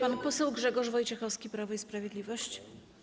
Pan poseł Grzegorz Wojciechowski, Prawo i Sprawiedliwość.